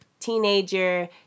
teenager